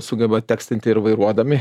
sugeba tekstinti ir vairuodami